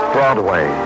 Broadway